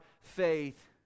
faith